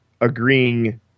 agreeing